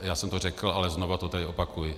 Já jsem to řekl, ale znovu to tady opakuji.